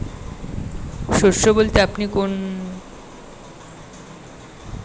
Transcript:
শস্য বলতে আপনি ঠিক কোন কোন ফসলের কথা মনে করতে পারেন?